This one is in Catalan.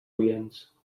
oients